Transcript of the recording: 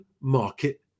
market